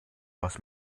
aus